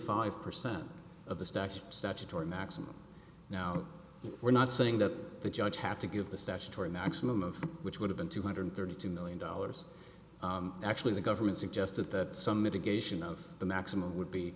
five percent of the statute statutory maximum now we're not saying that the judge had to give the statutory maximum of which would have been two hundred thirty two million dollars actually the government suggested that some mitigation of the maximum would be